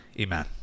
Amen